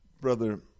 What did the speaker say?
Brother